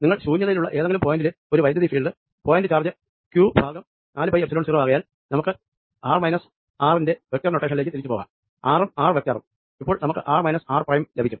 നിങ്ങൾ ശൂന്യതയിലുള്ള ഏതെങ്കിലും പോയിന്റിലെ ഒരു electric field point charge q ഭാഗം നാലു പൈ എപ്സിലോൺ 0 ആകയാൽ നമുക്ക് r r ന്റെ വെക്ടർ നോട്ടേഷനിലേക്ക് തിരിച്ചു പോകാം r ഉം r വെക്റ്ററും അപ്പോൾ നമുക്ക് ആർ മൈനസ് ആർ പ്രൈം ലഭിക്കും